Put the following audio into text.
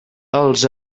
els